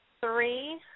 three